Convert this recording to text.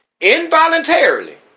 involuntarily